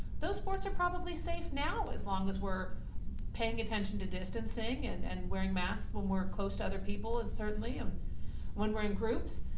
those sports are probably safe now as long as we're paying attention to distancing and and wearing mask when we're close to other people and certainly um when we're in groups,